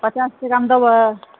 पचास टकामे देबै